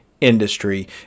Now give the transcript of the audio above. industry